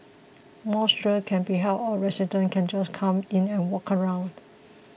mosque tour can be held or residents can just come in and walk around